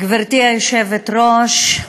גברתי היושבת-ראש,